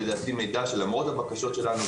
למרות הבקשות שלנו,